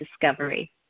discovery